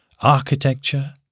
architecture